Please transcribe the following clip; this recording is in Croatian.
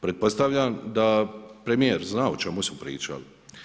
Pretpostavljam da premijer zna o čemu su pričali.